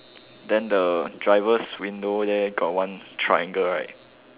then the driver's window there got one triangle right